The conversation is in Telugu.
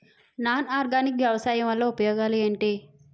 నాన్ ఆర్గానిక్ వ్యవసాయం వల్ల ఉపయోగాలు ఏంటీ?